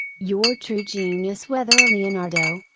your true genius whether a leonardo,